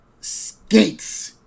skates